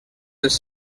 els